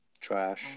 trash